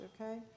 okay